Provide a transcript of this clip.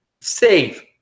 save